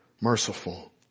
merciful